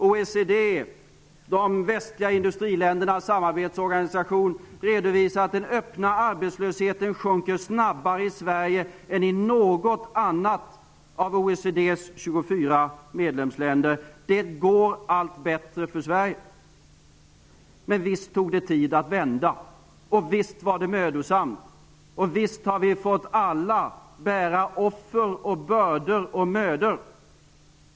OECD, de västliga industriländernas samarbetsorganisation, redovisar att den öppna arbetslösheten sjunker snabbare i Sverige än i något annat av OECD:s 24 medlemsländer. Det går allt bättre för Sverige. Men visst tog det tid att vända, och visst var det mödosamt, och visst har vi alla fått göra uppoffringar och bära bördor och mödor.